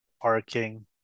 parking